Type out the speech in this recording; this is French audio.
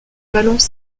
vallons